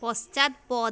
পশ্চাৎপদ